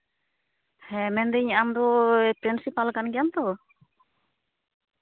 ᱦᱮᱸ ᱢᱮᱱᱫᱟᱹᱧ ᱟᱢ ᱫᱚ ᱯᱨᱤᱱᱥᱤᱯᱟᱞ ᱠᱟᱱ ᱜᱮᱭᱟᱢ ᱛᱚ